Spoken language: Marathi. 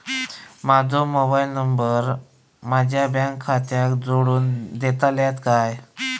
माजो मोबाईल नंबर माझ्या बँक खात्याक जोडून दितल्यात काय?